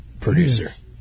Producer